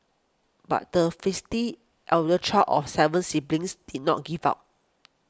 but the feisty elder child of seven siblings did not give up